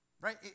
Right